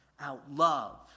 outlove